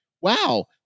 Wow